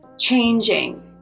changing